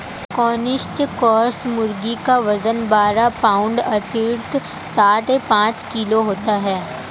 Cornish cross मुर्गी का वजन बारह पाउण्ड अर्थात साढ़े पाँच किलो होता है